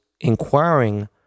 inquiring